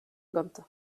gantañ